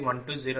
951207 p